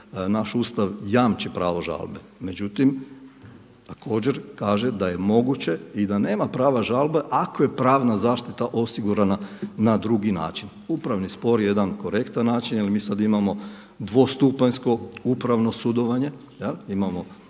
naš Ustav jamči pravo žalbe. Međutim, također kaže da je moguće i da nema prava žalbe ako je pravna zaštita osigurana na drugi način. Upravni spor je jedan korektan način jer mi sada imamo dvostupanjsko upravno sudovanje.